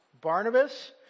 Barnabas